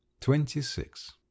Twenty-six